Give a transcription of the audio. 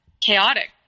chaotic